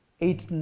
eight